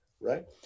Right